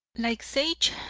like sage,